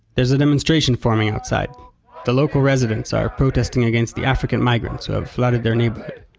there's a demonstration forming outside the local residents are protesting against the african migrants who have flooded their neighborhood.